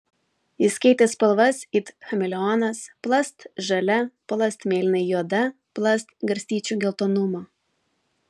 jis keitė spalvas it chameleonas plast žalia plast mėlynai juoda plast garstyčių geltonumo